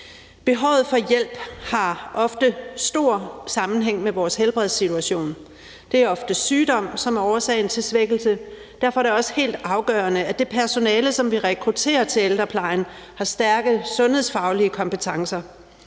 Behovet for hjælp har ofte stor sammenhæng med vores helbredssituation. Det er ofte sygdom, som er årsagen til svækkelse, og derfor er det også helt afgørende, at det personale, som vi rekrutterer til ældreplejen, har stærke sundhedsfaglige kompetencer.